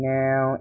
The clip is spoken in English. now